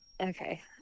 okay